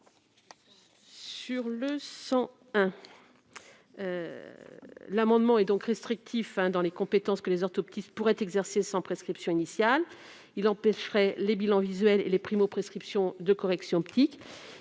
n° 101 rectifié est restrictif dans les compétences que les orthoptistes pourraient exercer sans prescription initiale. Il empêcherait les bilans visuels et les primo-prescriptions de corrections optiques.